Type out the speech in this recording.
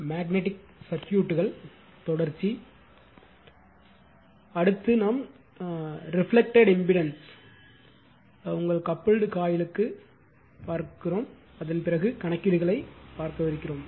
எனவே அடுத்து reflected impedance உங்கள் கபுல்ட்டு காயில் க்கு காண்பீர்கள் அதன் பிறகு கணக்கீடுகளை காண்பீர்கள்